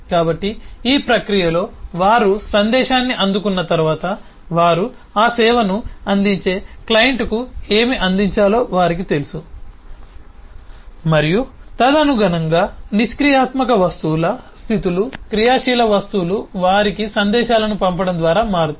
కాబట్టి ఈ ప్రక్రియలో వారు సందేశాన్ని అందుకున్న తర్వాత వారు ఆ సేవను అందించే క్లయింట్కు ఏమి అందించాలో వారికి తెలుసు మరియు తదనుగుణంగా నిష్క్రియాత్మక వస్తువుల స్థితులు క్రియాశీల వస్తువులు వారికి సందేశాలను పంపడం ద్వారా మారుతాయి